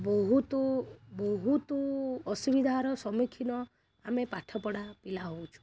ବହୁତ ବହୁତ ଅସୁବିଧାର ସମ୍ମୁଖୀନ ଆମେ ପାଠପଢ଼ା ପିଲା ହେଉଛୁ